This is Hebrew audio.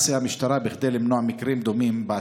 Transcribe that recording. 3. מה תעשה המשטרה כדי למנוע מקרים דומים בעתיד?